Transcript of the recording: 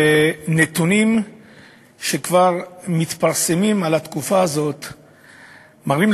נתונים שכבר מתפרסמים על התקופה הזאת מראים,